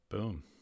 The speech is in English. Boom